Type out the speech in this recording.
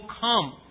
come